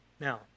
Now